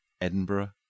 Edinburgh